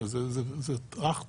זה אך טבעי.